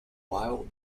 wild